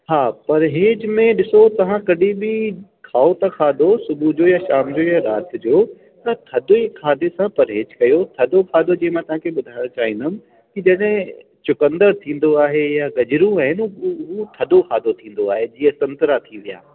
हा पर इहे जंहिं में ॾिसो तव्हां कॾहिं बि खाओ त खाधो सुबुह जो या शाम जो राति जो त थधे खाधे सां परहेज कयो थधो खाधो जीअं मां तव्हांखे ॿुधाइणु चाहिंदमि की जॾहिं चुकंदर थींदो आहे या गजरू आहिनि थधो खाधो थींदो आहे जीअं संतरा थी विया